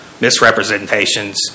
misrepresentations